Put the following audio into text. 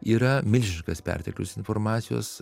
yra milžiniškas perteklius informacijos